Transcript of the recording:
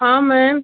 हाँ मैम